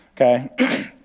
Okay